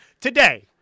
today